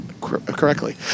correctly